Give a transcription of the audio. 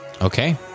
Okay